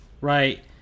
right